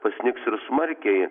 pasnigs ir smarkiai